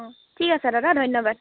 অঁ ঠিক আছে দাদা ধন্যবাদ